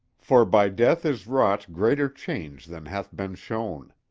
for by death is wrought greater change than hath been shown.